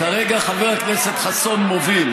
כרגע חבר הכנסת חסון מוביל.